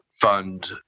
fund